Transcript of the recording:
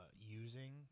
using